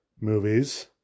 movies